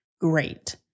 great